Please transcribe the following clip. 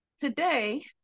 Today